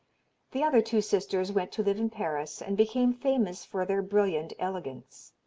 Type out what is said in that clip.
the other two sisters went to live in paris, and became famous for their brilliant elegance.